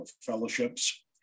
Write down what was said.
fellowships